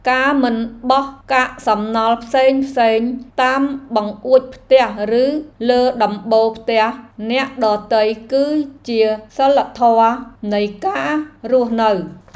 ការមិនបោះកាកសំណល់ផ្សេងៗតាមបង្អួចផ្ទះឬលើដំបូលផ្ទះអ្នកដទៃគឺជាសីលធម៌នៃការរស់នៅ។